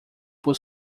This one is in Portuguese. por